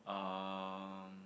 um